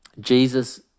Jesus